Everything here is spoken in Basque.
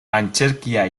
antzerkia